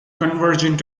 convergent